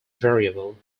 variable